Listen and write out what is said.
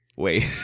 wait